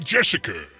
Jessica